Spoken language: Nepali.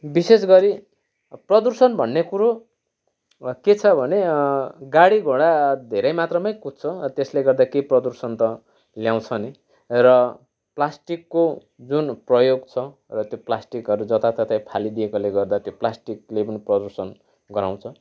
विशेष गरी प्रदूषण भन्ने कुरो के छ भने गाडीघोडा धेरै मात्रामै कुद्छ त्यसले गर्दा केही प्रदूषण त ल्याउँछ नै र प्लास्टिकको जुन प्रयोग छ र त्यो प्लास्टिकहरू जताततै फालिदिएकोले गर्दा त्यो प्लास्टिकले पनि प्रदूषण गराउँछ